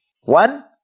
One